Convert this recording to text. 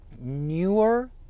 newer